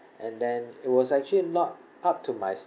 and then it was actually not up to my